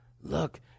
look